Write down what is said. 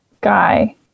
guy